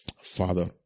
Father